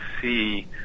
see